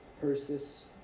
Persis